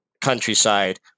countryside